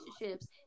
relationships